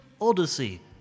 Odyssey